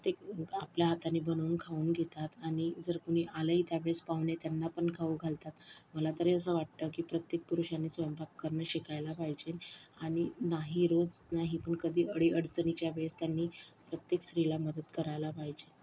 ते आपल्या हाताने बनवून खाऊन घेतात आणि जर कोणी आलंही त्या वेळेस पाहुणे त्यांना पण खाऊ घालतात मला तरी असं वाटतं की प्रत्येक पुरुषांनी स्वयंपाक करणं शिकायला पाहिजे आणि नाही रोज नाही पण कधी अडीअडचणीच्या वेळेस त्यांनी प्रत्येक स्त्रीला मदत करायला पाहिजे